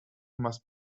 must